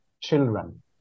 children